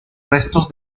restos